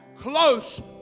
close